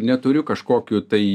neturiu kažkokių tai